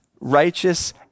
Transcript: righteous